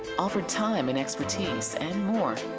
offered time and expertise and more.